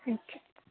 thank you